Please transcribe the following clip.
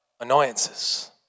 annoyances